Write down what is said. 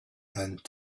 and